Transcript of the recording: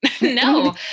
No